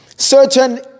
Certain